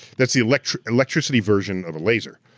that's the electricity electricity version of a laser,